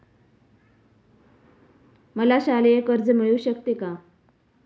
मला शालेय कर्ज मिळू शकते का?